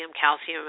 calcium